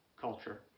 culture